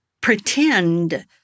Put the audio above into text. pretend